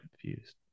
confused